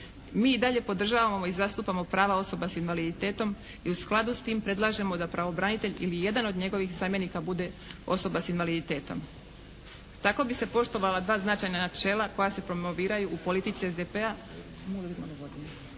mi i dalje podržavamo i zastupamo prava osoba s invaliditetom i u skladu s tim predlažemo da pravobranitelj ili jedan od njegovih zamjenika bude osoba s invaliditetom, kako bi se poštovala dva značajna načela koja se promoviraju u politici SDP-a